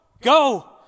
Go